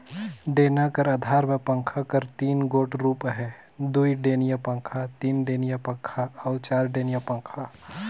डेना कर अधार मे पंखा कर तीन गोट रूप अहे दुईडेनिया पखा, तीनडेनिया पखा अउ चरडेनिया पखा